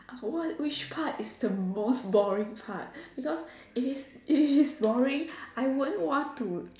what which part is the most boring part because if it's if it's boring I won't want to